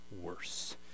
worse